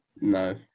No